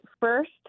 first